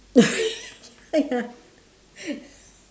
ya